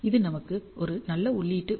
இது நமக்கு ஒரு நல்ல உள்ளீட்டு வி